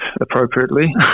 appropriately